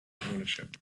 ownership